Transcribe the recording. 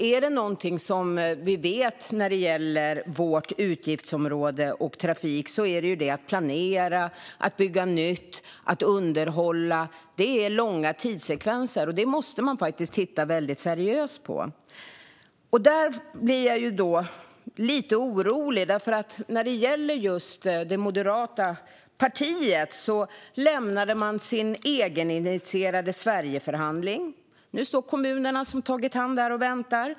Är det något vi vet när det gäller vårt utgiftsområde och trafik är det ju att detta att planera, bygga nytt och underhålla är långa tidssekvenser, och det måste man faktiskt titta seriöst på. Därför blir jag lite orolig, för Moderaterna lämnade sin egeninitierade Sverigeförhandling. Nu står kommunerna som tagit i hand där och väntar.